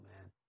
man